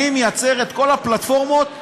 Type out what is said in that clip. אני יוצר את כל הפלטפורמות למשרדים.